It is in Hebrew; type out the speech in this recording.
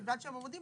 מלבד שהם עומדים